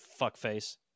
fuckface